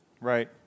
Right